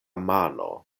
mano